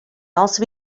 also